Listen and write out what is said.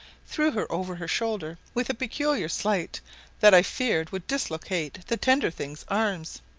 threw her over her shoulder with a peculiar sleight that i feared would dislocate the tender thing's arms,